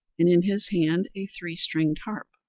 and in his hand a three-stringed harp.